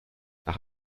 nach